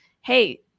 hey